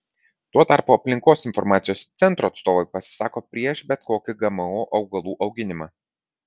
tuo tarpu aplinkos informacijos centro atstovai pasisako prieš bet kokį gmo augalų auginimą